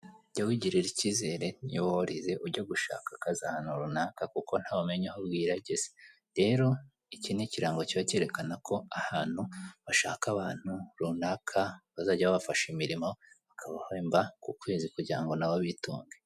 Jya wigirira ikizere niba warize uge gushaka akazi ahantu runaka kuko ntawumenya aho bwira ageze rero iki ni ikirango kiba kerekana ko ahantu bashaka abantu ranaka bazajya babafasha imirimo bakabahemba ku kwezi kugira ngo na bo bitunge.